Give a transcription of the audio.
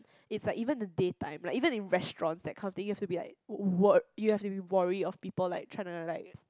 it's like even the daytime like even in restaurants that kind of thing you have to be like wor~ you have be wary of people like trying to like